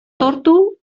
ordu